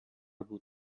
بود